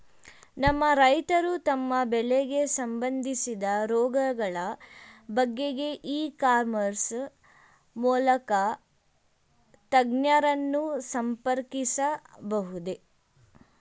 ನಮ್ಮ ರೈತರು ತಮ್ಮ ಬೆಳೆಗೆ ಸಂಬಂದಿಸಿದ ರೋಗಗಳ ಬಗೆಗೆ ಇ ಕಾಮರ್ಸ್ ಮೂಲಕ ತಜ್ಞರನ್ನು ಸಂಪರ್ಕಿಸಬಹುದೇ?